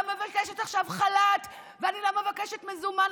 מבקשת עכשיו חל"ת ואני לא מבקשת מזומן,